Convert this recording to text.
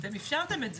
אתם אפשרתם את זה.